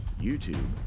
YouTube